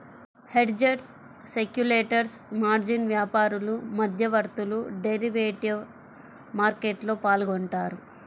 hedgers, speculators, margin వ్యాపారులు, మధ్యవర్తులు derivative మార్కెట్లో పాల్గొంటారు